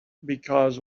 because